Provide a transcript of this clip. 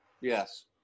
yes